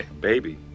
Baby